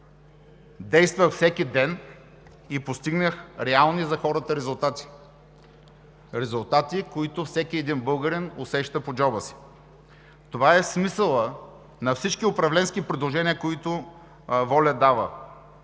действах всеки ден и постигнах реални за хората резултати – резултати, които всеки един българин усеща по джоба си. Това е смисълът на всички управленски предложения, които ВОЛЯ дава